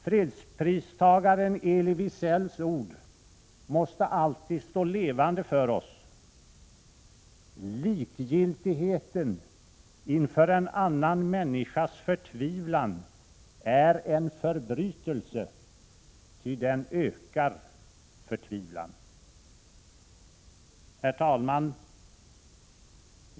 Fredspristagaren Elie Wiesels ord måste alltid stå levande för oss: ”Likgiltigheten inför en annan människas förtvivlan är en förbrytelse ty den ökar förtvivlan.” Herr talman!